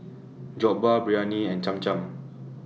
Jokbal Biryani and Cham Cham